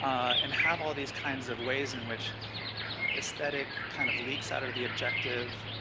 um and have all these kinds of ways in which aesthetic kind of leaks out of the objective,